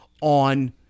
on